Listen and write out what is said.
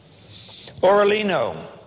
Oralino